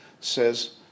says